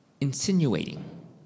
insinuating